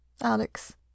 Alex